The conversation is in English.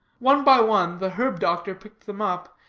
one by one, the herb-doctor picked them up,